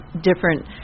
Different